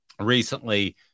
recently